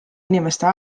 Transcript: inimeste